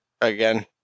again